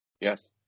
yes